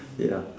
ya